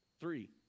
three